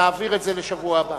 להעביר את זה לשבוע הבא.